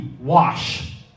wash